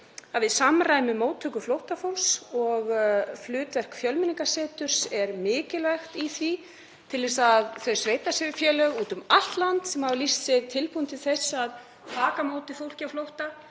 að við samræmum móttöku flóttafólks og hlutverk Fjölmenningarseturs er mikilvægt í því til að þau sveitarfélög um allt land sem hafa lýst sig tilbúin til að taka á móti fólki á flótta